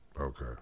Okay